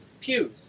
pews